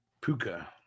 Puka